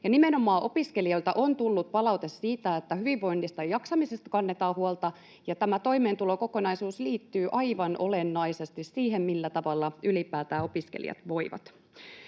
Nimenomaan opiskelijoilta on tullut palautetta siitä, että hyvinvoinnista ja jaksamisesta kannetaan huolta, ja tämä toimeentulokokonaisuus liittyy aivan olennaisesti siihen, millä tavalla ylipäätään opiskelijat voivat.